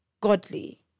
godly